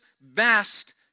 best